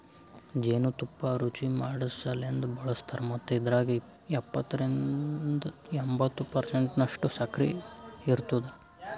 ಜೇನು ತುಪ್ಪ ರುಚಿಮಾಡಸಲೆಂದ್ ಬಳಸ್ತಾರ್ ಮತ್ತ ಇದ್ರಾಗ ಎಪ್ಪತ್ತರಿಂದ ಎಂಬತ್ತು ಪರ್ಸೆಂಟನಷ್ಟು ಸಕ್ಕರಿ ಇರ್ತುದ